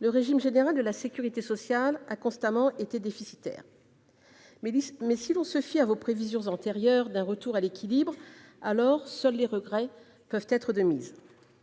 le régime général de la sécurité sociale a constamment été déficitaire. Mais si l'on se fie à vos prévisions antérieures de retour à l'équilibre, alors seuls les regrets peuvent être de mise.